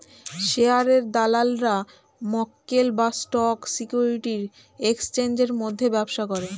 শেয়ারের দালালরা মক্কেল বা স্টক সিকিউরিটির এক্সচেঞ্জের মধ্যে ব্যবসা করে